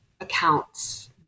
accounts